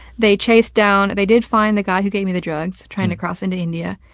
they chased down they did find the guy who gave me the drugs trying to cross into india.